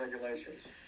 regulations